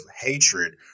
hatred